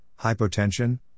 hypotension